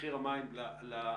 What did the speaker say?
מחיר המים לצרכן,